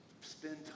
Spend